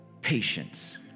patience